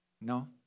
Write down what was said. No